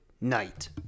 night